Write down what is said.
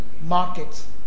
markets